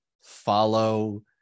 follow